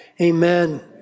Amen